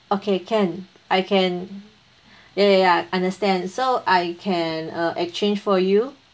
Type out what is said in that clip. okay can I can ya ya ya I understand so I can uh exchange for you